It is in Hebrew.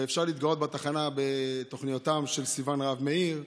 ואפשר להתגאות בתחנה בתוכניותיהם של סיון רהב מאיר,